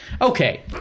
Okay